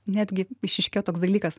netgi išryškėjo toks dalykas